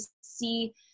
see